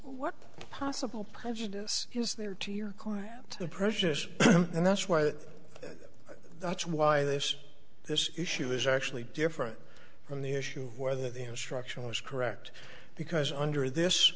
what possible prejudice is there to your client the precious and that's why that's why this this issue is actually different from the issue of whether the instruction was correct because under this